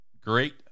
great